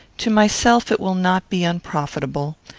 to myself it will not be unprofitable.